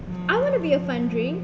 mm